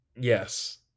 Yes